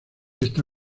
está